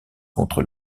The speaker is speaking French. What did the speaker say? contre